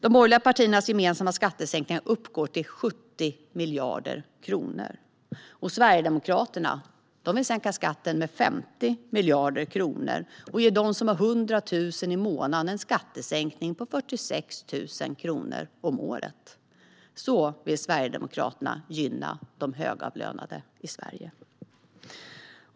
De borgerliga partiernas gemensamma skattesänkningar uppgår till 70 miljarder kronor. Sverigedemokraterna vill sänka skatterna med 50 miljarder kronor och ge dem som har 100 000 i månaden en skattesänkning på 46 000 kronor om året. Så vill Sverigedemokraterna gynna de högavlönade i Sverige.